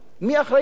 מי אחראי לזה?